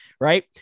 right